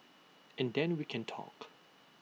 and then we can talk